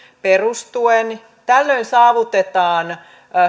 perustuen tällöin saavutetaan